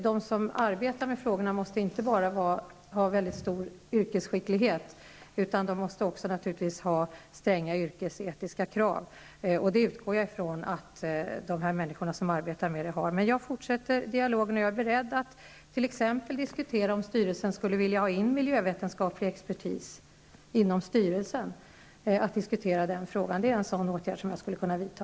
De som arbetar med frågorna måste inte bara ha stor yrkesskicklighet utan också uppfylla stränga yrkesetiska krav. Jag utgår från att de människor som arbetar med detta uppfyller dessa krav. Jag fortsätter dialogen. Om styrelsen t.ex. skulle vilja ha in miljövetenskaplig expertis, är jag beredd att diskutera det. Det är en åtgärd som jag skulle kunna vidta.